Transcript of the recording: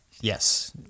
Yes